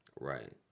Right